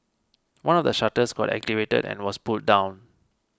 one of the shutters got activated and was pulled down